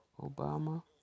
Obama